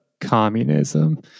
Communism